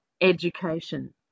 Education